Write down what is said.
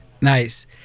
Nice